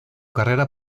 carrera